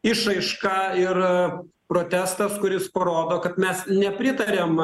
išraiška ir protestas kuris parodo kad mes nepritariam